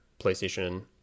PlayStation